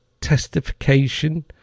testification